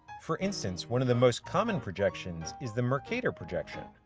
for instance, one of the most common projections is the mercator projection.